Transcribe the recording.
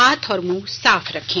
हाथ और मुंह साफ रखें